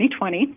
2020